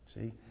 See